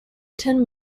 tin